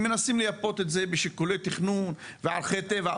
הם מנסים לייפות את זה בשיקולי תכנון וערכי טבע,